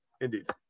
Indeed